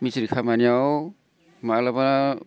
मिसथ्रि खामानियाव माब्लाबा